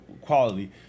quality